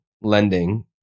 lending